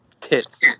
tits